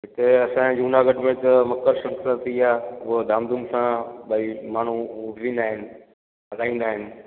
हिते असांजे जूनागढ़ में त मकर सक्रांति आहे हूअ धाम धूम सां भई माण्हू मोकिलींदा आहिनि मल्हाईंदा आहिनि